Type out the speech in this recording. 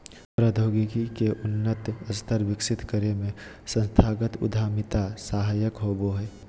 प्रौद्योगिकी के उन्नत स्तर विकसित करे में संस्थागत उद्यमिता सहायक होबो हय